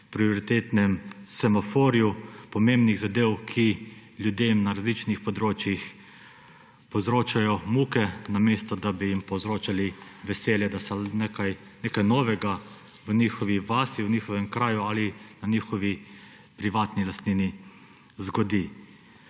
prioritetnem semaforju pomembnih zadev, ki ljudem na različnih področjih povzročajo muke, namesto da bi jim povzročali veselje, da se nekaj novega v njihovi vasi, v njihovem kraju ali na njihovi privatni lastnini zgodi.